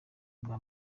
bwa